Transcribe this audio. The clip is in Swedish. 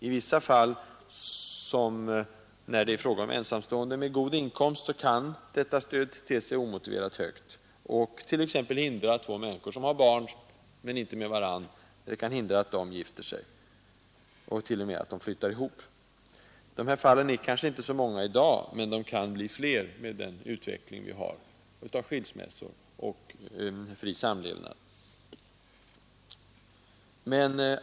I vissa fall, t.ex. när det gäller ensamstående med god inkomst, kan detta stöd te sig omotiverat högt och kanske hindra två människor som har barn, men inte med varandra, från att gifta sig och t.o.m. från att flytta ihop. Dessa fall är kanske inte så många i dag, men de kan komma att bli fler med den nuvarande utvecklingen av skilsmässofrekvensen och den fria samlevnaden.